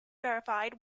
verified